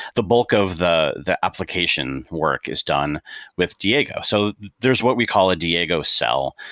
the bulk of the the application work is done with diego. so there is what we call a diego cell.